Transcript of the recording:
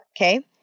okay